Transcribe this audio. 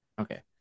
Okay